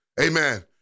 Amen